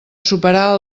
superar